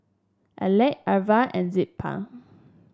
Alek Irva and Zilpah